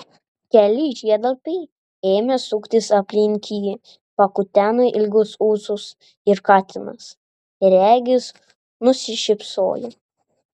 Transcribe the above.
keli žiedlapiai ėmė suktis aplink jį pakuteno ilgus ūsus ir katinas regis nusišypsojo